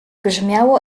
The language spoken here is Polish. brzmiało